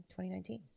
2019